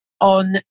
on